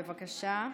בבקשה.